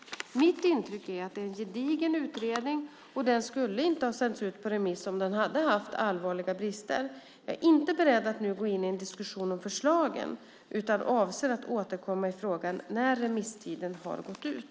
Mitt intryck är att det är en gedigen utredning och att den inte skulle ha sänts ut på remiss om den hade haft allvarliga brister. Jag är inte beredd att nu gå in i en diskussion om förslagen utan avser att återkomma i frågan när remisstiden har gått ut.